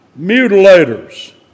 mutilators